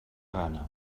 gana